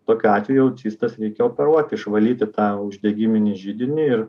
tokiu atveju jau cistas reikia operuot išvalyti tą uždegiminį židinį ir